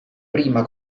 prima